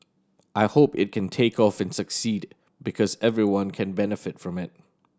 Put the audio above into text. I hope it can take off and succeed because everyone can benefit from it